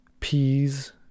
peas